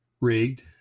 rigged